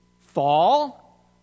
fall